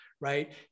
Right